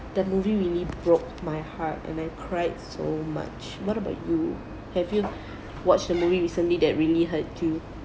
that movie really broke my heart and I cried so much what about you have you watched the movie recently that really hurt too